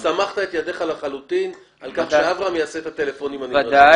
אתה סמכת את ידיך לחלוטין על כך שאברהם יעשה את הטלפונים הנדרשים.